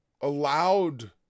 allowed